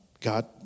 God